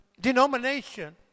denomination